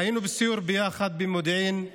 היינו בסיור ביחד במודיעין,